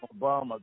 Obama